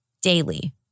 daily